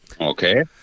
Okay